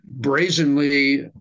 brazenly